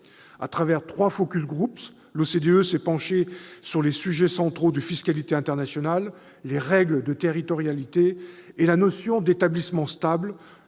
À travers trois, l'OCDE s'est penchée sur les sujets centraux de fiscalité internationale : les règles de territorialité et la notion d'établissement stable,